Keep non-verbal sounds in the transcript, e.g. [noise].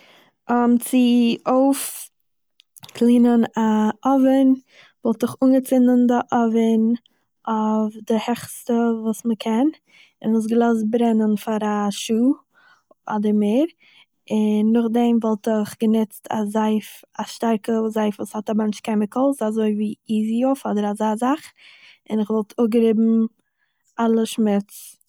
[hesitation] צו אויסקלינען א אווען, וואלט איך אנגעצינדן די אווען אויף די העכסטע וואס מ'קען, און עס געלאזט ברענען פאר א שעה אדער מער, און נאכדעם וואלט איך געניצט א זייף, א שטארקע זייף וואס האט א באנטש כעמיקלס אזויווי איזי-אוף אדער אזא זאך, און איך וואלט אפגעריבן אלע שמוץ